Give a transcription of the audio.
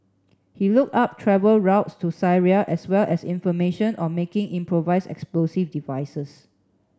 he look up travel routes to Syria as well as information on making improvise explosive devices